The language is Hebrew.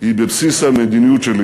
היא בבסיס המדיניות שלי